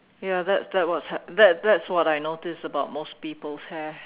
ya that that was that's that's what I notice about most people's hair